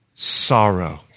Sorrow